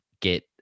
get